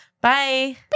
bye